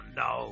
no